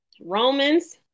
Romans